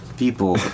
people